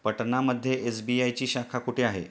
पटना मध्ये एस.बी.आय ची शाखा कुठे आहे?